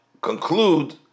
conclude